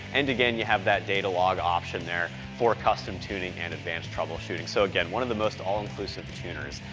and again, you have that data log option there for custom tuning and advanced troubleshooting. so again, one of the most all-inclusive tuners.